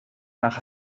nach